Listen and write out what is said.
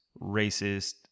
racist